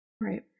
right